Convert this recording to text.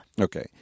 Okay